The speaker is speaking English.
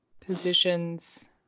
positions